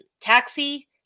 Taxi